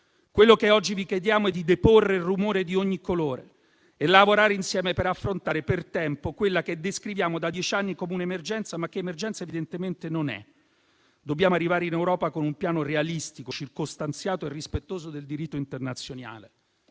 Quello che oggi vi chiediamo è di deporre il rumore di ogni colore e di lavorare insieme per affrontare per tempo quella che descriviamo da dieci anni come un'emergenza, ma che emergenza evidentemente non è. Dobbiamo arrivare in Europa con un piano realistico, circostanziato e rispettoso del diritto internazionale.